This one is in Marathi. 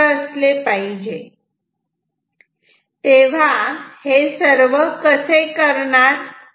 तर हे कसे करणार